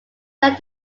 said